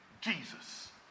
Jesus